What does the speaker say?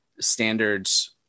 standards